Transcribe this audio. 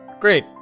Great